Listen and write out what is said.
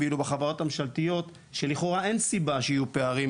ובחברות הממשלתיות שלכאורה אין סיבה שיהיו פערים